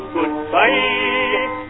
Goodbye